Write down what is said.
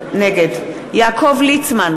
נגד יעקב ליצמן,